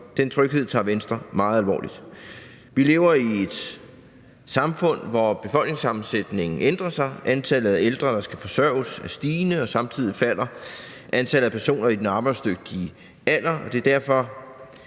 Den tryghed tager Venstre meget alvorligt. Vi lever i et samfund, hvor befolkningssammensætningen ændrer sig. Antallet af ældre, der skal forsørges, er stigende, og samtidig falder antallet af personer i den arbejdsdygtige alder. Det er derfor,